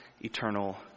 eternal